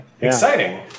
exciting